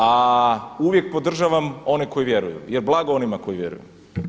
A uvijek podržavam one koji vjeruju jer blago onima koji vjeruju.